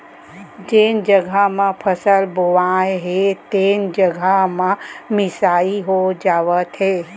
जेन जघा म फसल बोवाए हे तेने जघा म मिसाई हो जावत हे